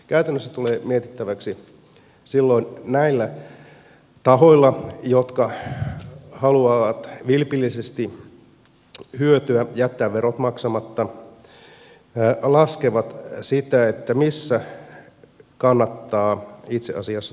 käytännössä tulee mietittäväksi silloin näillä tahoilla jotka haluavat vilpillisesti hyötyä jättää verot maksamatta että ne laskevat sitä missä kannattaa itse asiassa touhuta